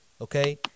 okay